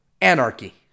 Anarchy